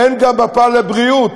אין גם מפה לבריאות.